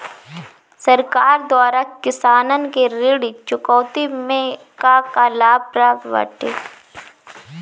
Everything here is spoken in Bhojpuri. सरकार द्वारा किसानन के ऋण चुकौती में का का लाभ प्राप्त बाटे?